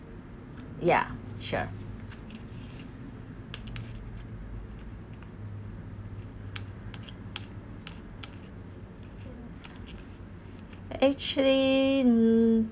ctually